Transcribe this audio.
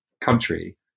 country